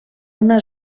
una